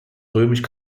römisch